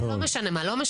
ולא משנה מה.